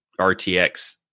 RTX